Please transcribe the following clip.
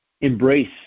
embrace